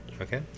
okay